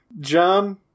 John